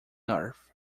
earth